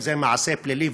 אם זה מעשה פלילי,